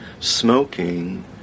smoking